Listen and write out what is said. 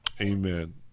Amen